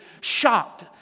shocked